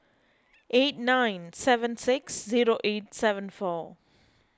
eight nine seven six zero eight seven four